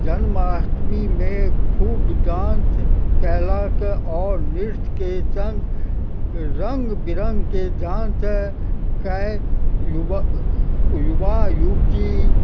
जन्माष्टमीमे खूब डांस कयलक आओर नृत्यके सङ्ग रङ्ग बिरङ्गके डांस कय युवक युवा युवती